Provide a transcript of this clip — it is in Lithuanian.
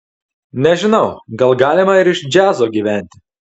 nežinau gal galima ir iš džiazo gyventi